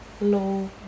low